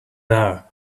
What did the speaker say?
her